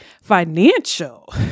Financial